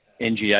NGA